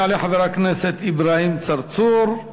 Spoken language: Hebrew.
יעלה חבר הכנסת אברהים צרצור,